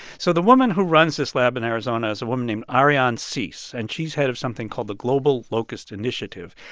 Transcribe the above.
so the woman who runs this lab in arizona is a woman named arianne cease, and she's head of something called the global locust initiative.